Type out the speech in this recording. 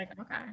okay